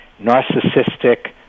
narcissistic